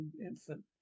infant